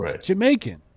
Jamaican